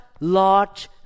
large